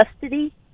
custody